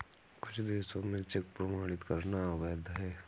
कुछ देशों में चेक प्रमाणित करना अवैध है